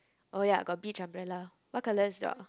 oh ya got beach umbrella what colour is yours